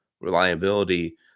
reliability